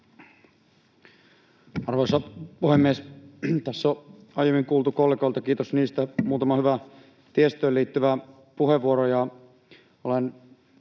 Arvoisa puhemies! Tässä on aiemmin kuultu kollegoilta muutama hyvä tiestöön liittyvä puheenvuoro